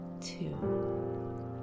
two